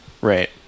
right